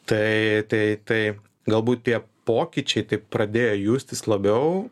tai tai tai galbūt tie pokyčiai taip pradėjo justis labiau